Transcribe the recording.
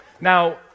Now